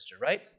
right